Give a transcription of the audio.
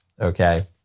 okay